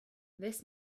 this